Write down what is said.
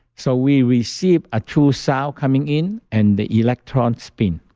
so, we receive a true sound coming in and the electrons spin